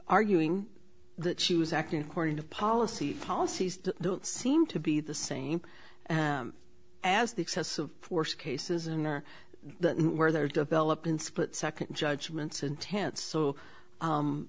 arguing that she was acting according to policy policies don't seem to be the same as the excessive force cases and or the where there develop in split second judgments and tense so